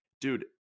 dude